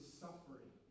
suffering